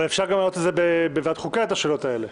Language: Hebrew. אפשר להעלות בוועדת חוקה את השאלות האלה.